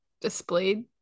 displayed